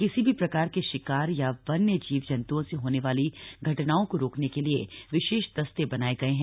किसी भी प्रकार के शिकार या वन्य जीव जंतुओं से होने वाली घटनाओं को रोकने के लिए विशेष दस्ते बनाए गए हैं